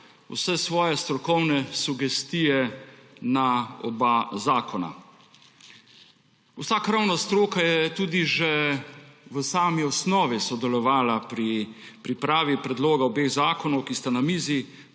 vse svoje strokovne sugestije za oba zakona. Vsa krovna stroka je tudi že v sami osnovi sodelovala pri pripravi predloga obeh zakonov, ki sta na mizi,